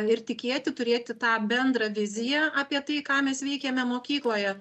ir tikėti turėti tą bendrą viziją apie tai ką mes veikiame mokykloje